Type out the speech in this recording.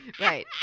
Right